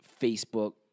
Facebook